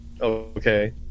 Okay